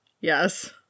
yes